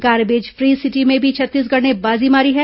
garbage free city में भी छत्तीसगढ़ ने बाजी मारी है